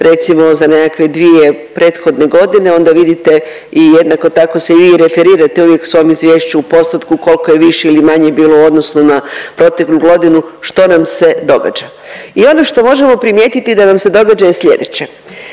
recimo za nekakve dvije prethodne godine onda vidite i jednako tako se vi i referirate uvijek u svom izvješću u postotku kolko je više ili manje bilo u odnosu na proteklu godinu što nam se događa. I ono što možemo primijetiti da nam se događa je sljedeće,